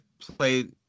play